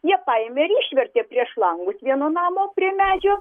jie paėmė ir išvertė prieš langus vieno namo prie medžio